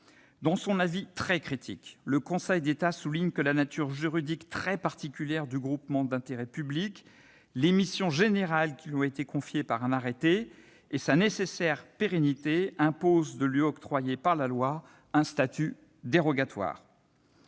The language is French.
Dans son avis très critique, le Conseil d'État souligne que la nature juridique très particulière du groupement d'intérêt public, les missions générales qui lui ont été confiées par un arrêté et sa nécessaire pérennité imposent de lui octroyer, par la loi, un statut dérogatoire.